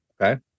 Okay